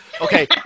okay